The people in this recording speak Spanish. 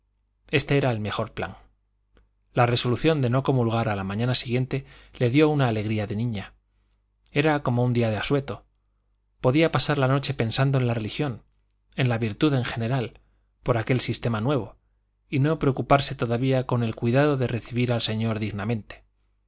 este era el mejor plan la resolución de no comulgar a la mañana siguiente le dio una alegría de niña era como un día de asueto podía pasar la noche pensando en la religión en la virtud en general por aquel sistema nuevo y no preocuparse todavía con el cuidado de recibir al señor dignamente